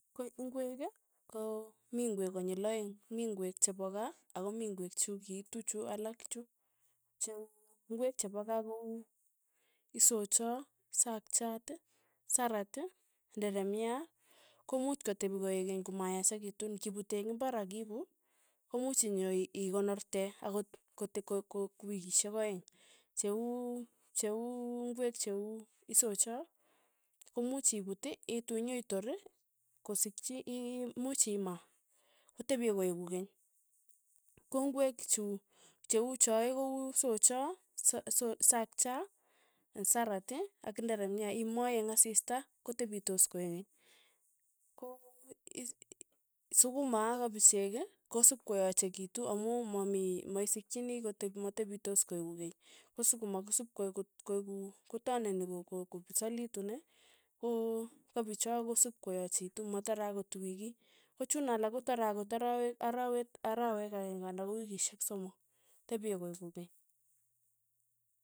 Ko ingwek ko mi ingwek konyil aeng', mi ngwek chepo kaa, ako mii ngwek chu kiitu chu alak chu. che uu ingwek chepo kaa ko uu, isochaa, isakchiat, sarat, nderemia, komuuch kotepi koek keny komayasekitu, ng'iput eng imbar akiipu, komuch inyoe ii ikonorte akot kote ko- ko wikishek aeng', che- uu- che uu ng'wek cheuu isocha, komuch ipuut, iitu nyitor, kosikchi iii much imaa, kotepye koeku keny, kongwek chu cheu choe ko uu socha, sa so sakcha, ka sarat, ak nderemia iimwae eng' asista kotepitos koek keny, ko ii sukuma ak kapichek kosupkoyachekitu amu mamii maisikchini kotepi matepisot koeku keny, ko sukuma kosipko ko- ko koeuku kotanani ko- ko- ko kopisalitu ko kopicho kosipkoyakitu matare akot wikit, ko chuun alak kotare akot arawek arawek arawe akeng'e anan ko wikishek somok, tepye koeku keny.